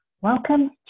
Welcome